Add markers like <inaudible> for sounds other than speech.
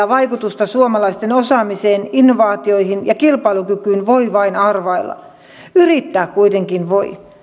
<unintelligible> vaikutusta suomalaisten osaamiseen innovaatioihin ja kilpailukykyyn pidemmällä aikavälillä voi vain arvailla yrittää kuitenkin voi